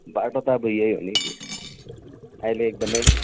बाटो त अब यही हो नि के अहिले एकदमै